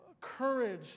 courage